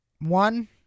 One